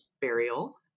burial